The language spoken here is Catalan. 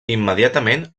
immediatament